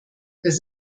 das